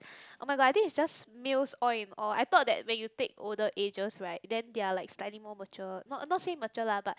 oh-my-god I think it's just males all in all I thought that when you take older ages right then they are like slightly more mature not not say matured lah but